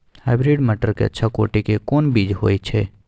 Hybrid मटर के अच्छा कोटि के कोन बीज होय छै?